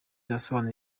asobanura